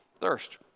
thirst